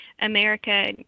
America